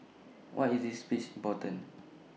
why is this speech important